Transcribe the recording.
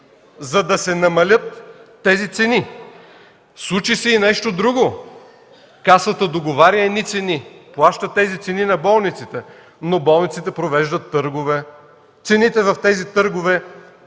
за да се намалят тези цени! Случи се и нещо друго – Касата договаря едни цени, плаща тези цени на болниците, но болниците провеждат търгове. Цените в тези търгове